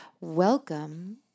Welcome